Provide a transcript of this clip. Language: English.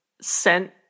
sent